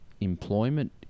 employment